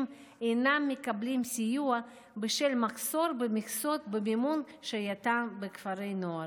אינם מקבלים סיוע בשל מחסור במכסות במימון שהייתם בכפרי הנוער.